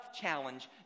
challenge